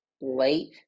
late